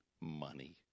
money